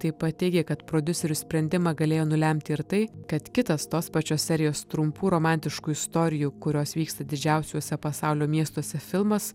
taip pat teigė kad prodiuserių sprendimą galėjo nulemti ir tai kad kitas tos pačios serijos trumpų romantiškų istorijų kurios vyksta didžiausiuose pasaulio miestuose filmas